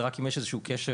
זה רק אם יש איזשהו קשר